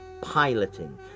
Piloting